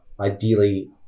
ideally